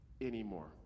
anymore